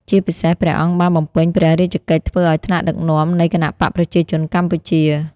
ជាពិសេសព្រះអង្គបាន បំពេញព្រះរាជកិច្ចធ្វើឱ្យថ្នាក់ដឹកនាំ នៃគណបក្សប្រជាជនកម្ពុជា។